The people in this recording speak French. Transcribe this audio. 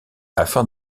afin